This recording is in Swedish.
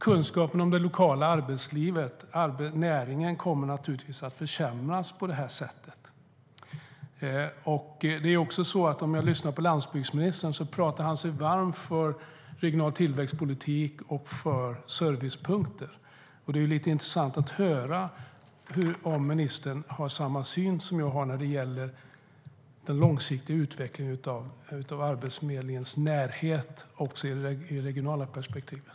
Kunskapen om det lokala arbetslivet, näringen, kommer naturligtvis att försämras på det här sättet. Landsbygdsministern pratar sig varm för regional tillväxtpolitik och servicepunkter. Det är lite intressant att höra om ministern har samma syn som jag har när det gäller den långsiktiga utvecklingen av Arbetsförmedlingens närhet också i det regionala perspektivet.